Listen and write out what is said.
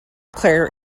claire